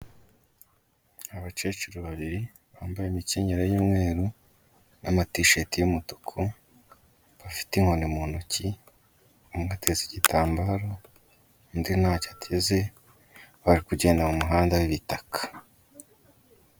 Abakecuru babiri bambaye imikinyero y'umweru n'amatisheti y'umutuku, bafite inkoni mu ntoki, umwe ateza igitambaro, undi ntacyo ateze, bari kugenda mu muhanda w'ibitaka.